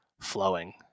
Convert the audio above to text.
flowing